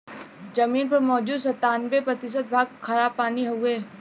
जमीन पर मौजूद सत्तानबे प्रतिशत भाग खारापानी हउवे